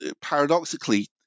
paradoxically